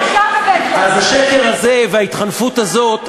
אז השקר הזה וההתחנפות הזאת,